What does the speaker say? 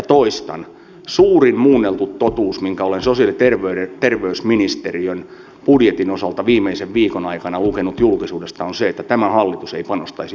suurin muunneltu totuus minkä olen sosiaali ja terveysministeriön budjetin osalta viimeisen viikon aikana lukenut julkisuudesta on se että tämä hallitus ei panostaisi omaishoitoon